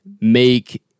make